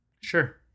Sure